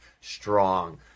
strong